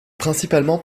principalement